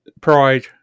pride